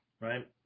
right